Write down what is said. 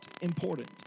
important